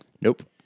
Nope